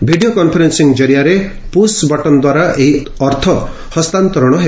video conferencing କରିଆରେ push button ଦ୍ୱାରା ଏହି ଅର୍ଥ ହସ୍ତାନ୍ତରଣ ହେବ